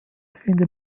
findet